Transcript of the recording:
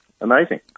amazing